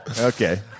okay